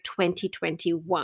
2021